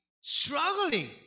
struggling